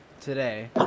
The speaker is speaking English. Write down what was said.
today